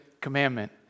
commandment